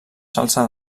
salsa